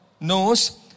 knows